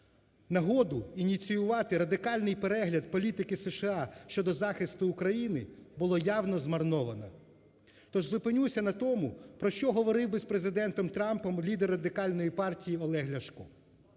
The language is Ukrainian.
Нагоду ініціювати радикальний перегляд політики США щодо захисту України було явно змарновано. Тож зупинюся на тому, про що говорив би з Президентом Трампом лідер Радикальної партії Олег Ляшко.